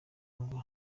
ngo